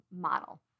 model